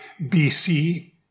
BC